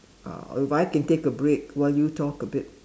uh if I can take a break while you talk a bit